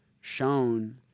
shown